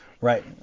Right